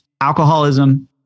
alcoholism